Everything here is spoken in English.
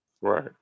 Right